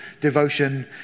devotion